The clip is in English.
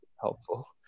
helpful